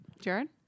jared